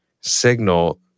signal